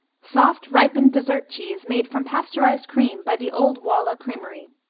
soft ripened dessert cheese made from pasteurized cream by the old walla creamery.